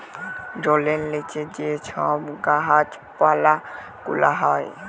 জলের লিচে যে ছব গাহাচ পালা গুলা হ্যয়